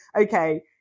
okay